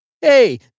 Hey